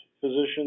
physicians